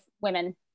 women